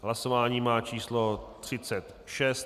Hlasování číslo 36.